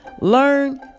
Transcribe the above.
Learn